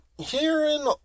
herein